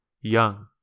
young